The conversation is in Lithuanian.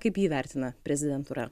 kaip jį vertina prezidentūra